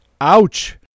Ouch